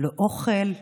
לא אוכל,